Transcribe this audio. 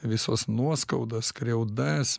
visos nuoskaudas skriaudas